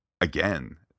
again